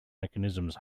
mechanisms